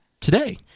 today